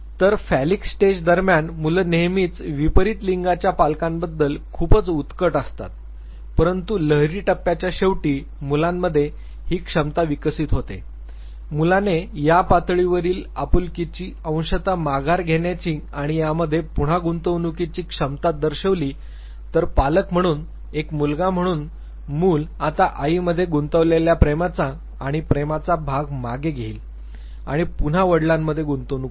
तर phallic stage दरम्यान मुलं नेहमीच विपरीत लिंगाच्या पालकांबद्दल खूपच उत्कट असतात परंतु लहरी टप्प्याच्या शेवटी मुलामध्ये ही क्षमता विकसित होते मुलाने या पातळीवरील आपुलकीची अंशतः माघार घेण्याची आणि यामध्ये पुन्हा गुंतवणूकीची क्षमता दर्शविली तर पालक म्हणून एक मुलगा म्हणून मूल आता आईमध्ये गुंतवलेल्या प्रेमाचा आणि प्रेमाचा भाग मागे घेईल आणि पुन्हा वडिलांमध्ये गुंतवणूक करेल